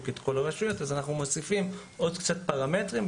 את כל הרשויות ולכן אנחנו מוסיפים עוד קצת פרמטרים,